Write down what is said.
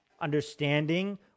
understanding